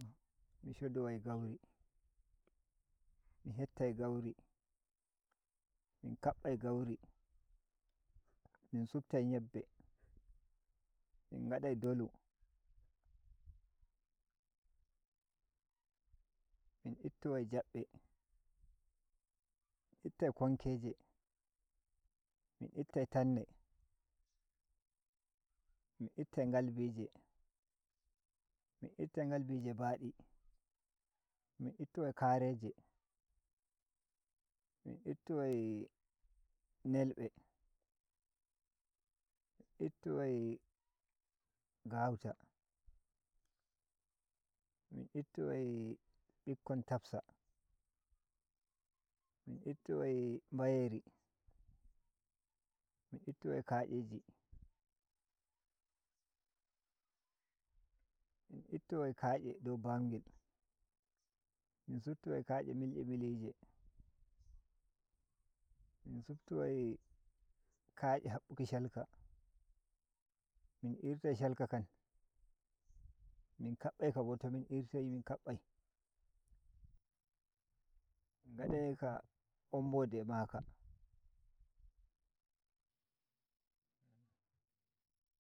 Mi shodowai gauri mi hettai gauri min kabai gauri min subtai ‘yebbe min gadai dolu min ittowai jabbe min ittai konkeje min ittai tanne min ittai ngalbije min ittai ngalbije ba di min ittowai kareje min ittowai nelbe min ittowai gauta min ittowai bikkon tabsa min ittowai mbayeri min ittowai ka’eji min ittowai ka’e dow bangel min subtowai ka’ye mil’i mili ‘ye min subtowai ka’e habbuki shalka min irtai shalka kan min kabbai ka bo to min irtain min kabbai min ngada naika omboɗe maka.